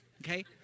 okay